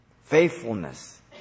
faithfulness